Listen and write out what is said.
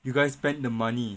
you guys spend the money